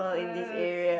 uh